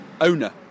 owner